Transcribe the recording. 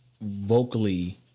vocally